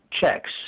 checks